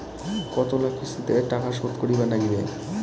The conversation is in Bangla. কতোলা কিস্তিতে টাকা শোধ করিবার নাগীবে?